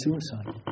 suicide